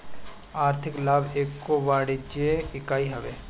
आर्थिक लाभ एगो वाणिज्यिक इकाई हवे